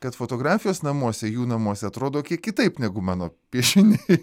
kad fotografijos namuose jų namuose atrodo kiek kitaip negu mano piešiniai